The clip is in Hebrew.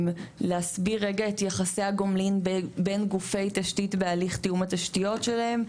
להסביר רגע את יחסי הגומלין בין גופי תשתית בהליך תיאום התשתיות שלהם,